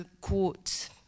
quote